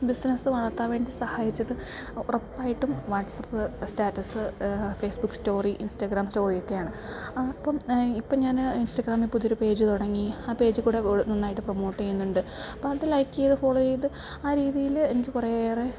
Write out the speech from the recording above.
business വളർത്താൻ വേണ്ടി സഹായിച്ചത് ഉറപ്പായിട്ടും WhatsApp status Facebook story Instagram സ്റ്റോറിയൊക്കെയാണ് അപ്പം ഇപ്പം ഞാൻ ഇൻസ്റ്റാഗ്രാമിൽ പുതിയൊരു പേജ് തുടങ്ങി ആ പേജ് കൂടി നന്നായിട്ട് പ്രൊമോട്ട് ചെയ്യുന്നുണ്ട് അപ്പം അത് ലൈക്ക് ചെയ്ത് ഫോളോ ചെയ്ത് ആ രീതിയിൽ എനിക്ക് കുറേയേറെ